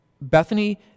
Bethany